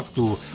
to